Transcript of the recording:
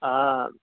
آ